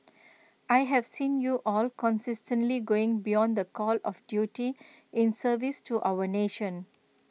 I have seen you all consistently going beyond the call of duty in service to our nation